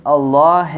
Allah